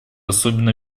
особенно